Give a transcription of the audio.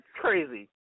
crazy